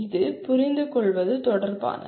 இது புரிந்துகொள்வது தொடர்பானது